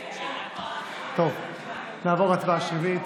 טוב, נעבור להצבעה שמית.